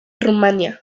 rumania